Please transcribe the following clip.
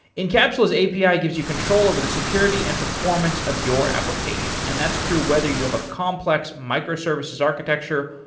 encapsula's api ah gives you control over the security and performance of your application and that's true whether you have a complex microservices architecture,